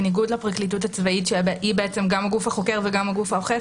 בניגוד לפרקליטות הצבאי שהיא בעצם גם הגוף החוקר וגם הגוף האוכף,